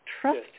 trust